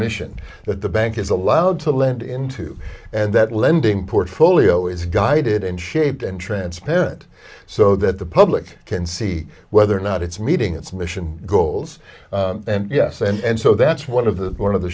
mission that the bank is allowed to lend into and that lending portfolio is guided and shaped and transparent so that the public can see whether or not it's meeting its mission goals yes and so that's one of the one of the